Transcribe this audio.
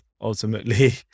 ultimately